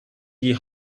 die